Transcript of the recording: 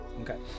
Okay